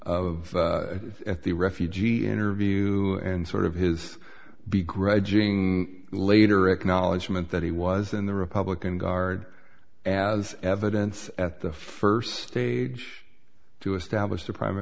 of the refugee interview and sort of his begrudging later acknowledgement that he was in the republican guard as evidence at the first stage to establish the prim